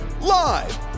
Live